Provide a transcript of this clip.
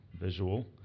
visual